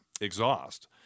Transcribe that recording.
exhaust